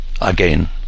again